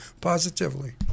positively